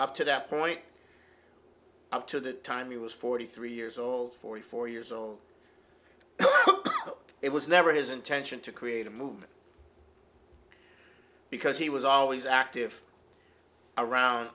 up to that point up to the time he was forty three years old forty four years old but it was never his intention to create a movement because he was always active around